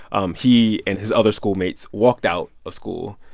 um he and his other schoolmates walked out of school.